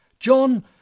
John